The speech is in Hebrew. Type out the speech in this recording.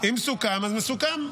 אם סוכם, אז מסוכם.